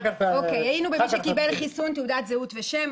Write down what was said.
היינו במי שקיבל חיסון, תעודת זהות ושם.